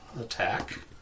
attack